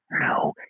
No